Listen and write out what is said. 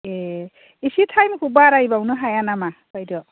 ए एसे टाइम खौ बारायबावनो हाया नामा बायद'